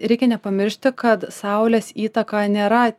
reikia nepamiršti kad saulės įtaka nėra